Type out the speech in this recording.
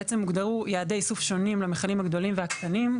בעצם הוגדרו יעדי איסוף שונים למכלים הגדולים והקטנים,